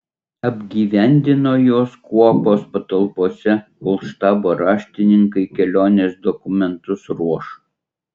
apgyvendino juos kuopos patalpose kol štabo raštininkai kelionės dokumentus ruoš